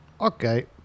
okay